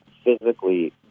physically